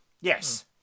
yes